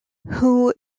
who